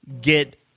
get